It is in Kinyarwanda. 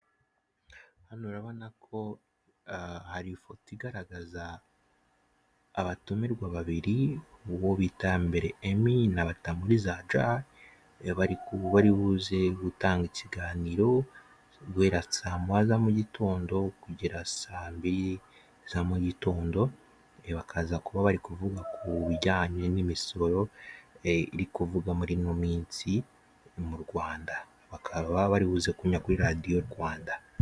Hano urabona ko hari ifoto igaragaza abatumirwa babiri, uwo bita Mbera Emmy na Batamuriza Hajara, baribuze gutanga ikiganiro guhera saa moya za mu gitondo kugera saa mbiri za mu mugitondo, bakaza kuba bari kuvuga ku bijyanye n'imisoro iri kuvugwa muri ino minsi mu Rwanda, bakaba baribuze kunyura kuri radiyo Rwanda.